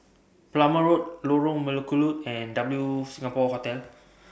Plumer Road Lorong Melukut and W Singapore Hotel